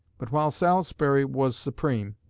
but while salisbury was supreme,